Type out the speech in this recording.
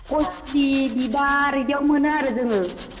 गय फुलि बिबार इदियाव मोनो आरो जोङो